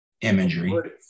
imagery